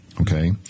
Okay